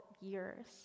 years